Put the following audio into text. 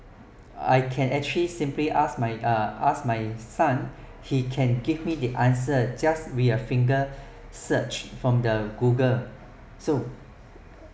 but I can actually simply ask my uh asked my he can give me the answer just we a finger search from the google so